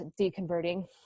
deconverting